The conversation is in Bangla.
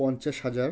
পঞ্চাশ হাজার